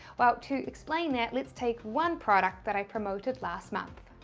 well to explain that let's take one product that i promoted last month.